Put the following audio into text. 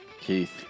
keith